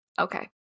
Okay